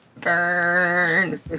Burn